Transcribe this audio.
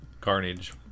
Carnage